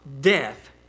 death